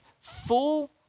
full